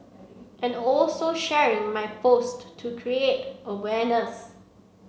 and also sharing my post to create awareness